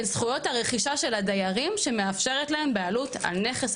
זכויות הרכישה של הדיירים שמאפשרת להם בעלות על נכס,